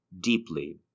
deeply